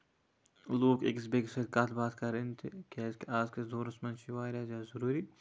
لوٗکھ أکِس بیٚیہِ کِس سۭتۍ کَتھ باتھ کَرٕنۍ تہٕ کیازِ کہِ آزکِس دورَس منٛز چھُ واریاہ زیادٕ ضروٗری